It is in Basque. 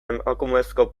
emakumezko